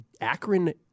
Akron